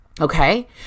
Okay